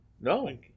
No